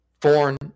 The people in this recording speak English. foreign